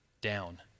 down